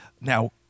Now